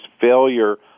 failure